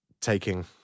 taking